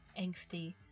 angsty